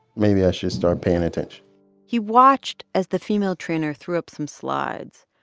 maybe i should start paying attention he watched as the female trainer threw up some slides.